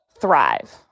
thrive